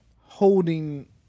holding